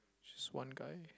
just one guy